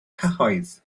cyhoedd